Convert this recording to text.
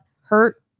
hurt